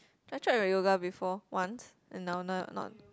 I tried on yoga before once and now now not